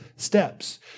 steps